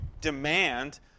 demand